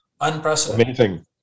unprecedented